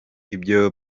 ibyo